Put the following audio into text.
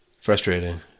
frustrating